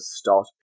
start